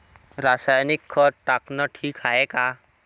रासायनिक खत टाकनं ठीक हाये का?